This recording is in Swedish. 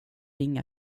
inga